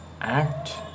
act